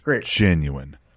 genuine